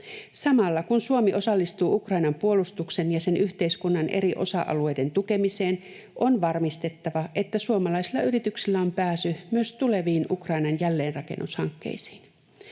Samalla kun Suomi osallistuu Ukrainan puolustuksen ja sen yhteiskunnan eri osa-alueiden tukemiseen, on varmistettava, että suomalaisilla yrityksillä on pääsy myös tuleviin Ukrainan jälleenrakennushankkeisiin.